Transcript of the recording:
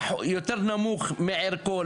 יותר נמוך מערכו,